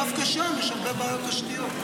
דווקא שם יש הרבה בעיות של תשתיות.